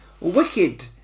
wicked